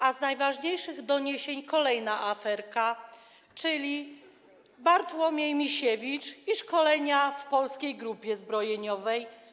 A z najważniejszych doniesień kolejna aferka, czyli Bartłomiej Misiewicz i szkolenia w Polskiej Grupie Zbrojeniowej.